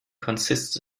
consists